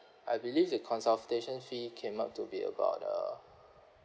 I believe the consultation fee came up to be about uh